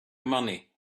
money